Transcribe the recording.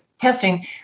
testing